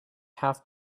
have